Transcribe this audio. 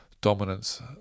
dominance